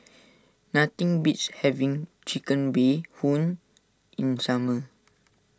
nothing beats having Chicken Bee Hoon in summer